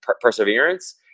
perseverance